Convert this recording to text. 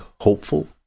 hopeful